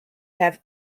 have